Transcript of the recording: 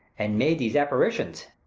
and made these apparitions!